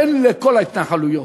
תן לכל ההתנחלויות.